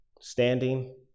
standing